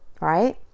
Right